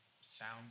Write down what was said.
sound